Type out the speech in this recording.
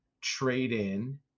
trade-in